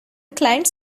client